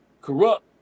Corrupt